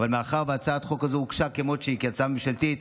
אך מאחר שהצעת חוק זו הוגשה כמו שהיא כהצעה ממשלתית,